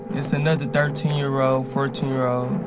it's another thirteen year old, fourteen year old,